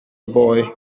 boy